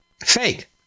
Fake